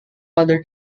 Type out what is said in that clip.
other